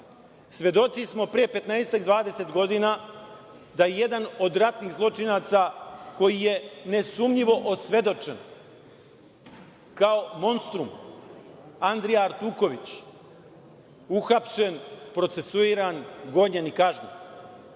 dvadesetak godina da je jedan od ratnih zločinaca, koji je nesumnjivo osvedočen, kao monstrum, Andrija Artuković uhapšen, procesuiran, gonjen i kažnjen